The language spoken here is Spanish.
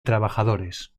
trabajadores